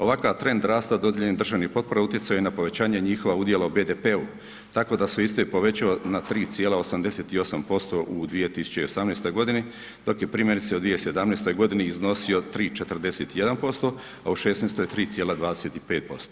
Ovakav trend rasta dodijeljen državnih potpora utjecao je na povećanje njihova udjela u BDP-u tako da se iste povećane na 3,88% u 2018. godini dok je primjerice u 2017. godini iznosio 3,41%, a u 2016. 3,35%